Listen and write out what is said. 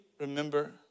remember